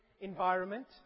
environment